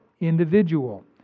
individual